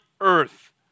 earth